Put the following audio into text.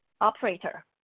Operator